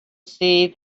see